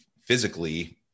physically